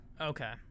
Okay